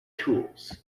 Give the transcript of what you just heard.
tools